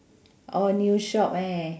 orh new shop eh